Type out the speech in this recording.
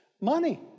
money